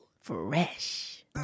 Fresh